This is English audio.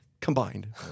combined